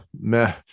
meh